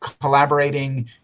collaborating